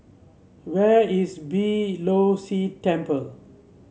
where is Beeh Low See Temple